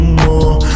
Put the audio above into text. more